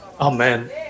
Amen